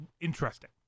interesting